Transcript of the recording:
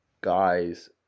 guys